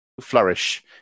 flourish